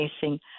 facing